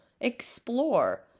explore